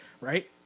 right